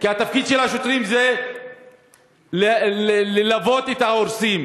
כי התפקיד של השוטרים זה ללוות את ההורסים.